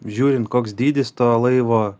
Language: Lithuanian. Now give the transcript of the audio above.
žiūrint koks dydis to laivo